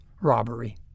robbery